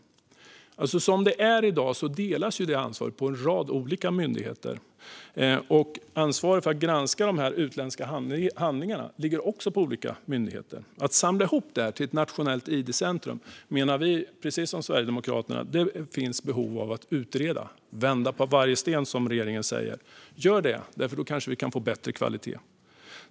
Som det är i dag delas det ansvaret på en rad olika myndigheter. Ansvaret för att granska de här utländska handlingarna ligger också på olika myndigheter. Att samla ihop detta till ett nationellt id-center menar vi, precis som Sverigedemokraterna, att det finns behov av att utreda. Vända på varje sten, säger regeringen. Gör det, för då kanske vi kan få bättre kvalitet!